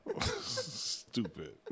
Stupid